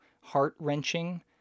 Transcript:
heart-wrenching